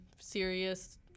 serious